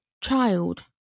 child